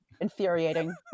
infuriating